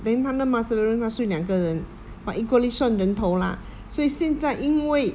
then 她的 master bedroom 她睡两个人 but equally 算人头 lah 所以现在因为